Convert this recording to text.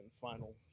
final